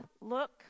look